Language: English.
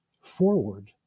forward